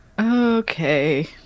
Okay